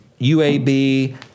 UAB